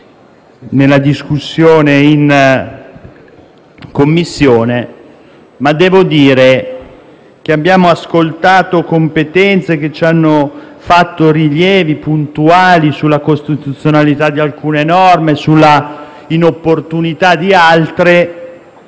nella discussione in Commissione. Abbiamo ascoltato persone competenti che ci hanno fatto rilievi puntuali sulla costituzionalità di alcune norme, sulla inopportunità di altre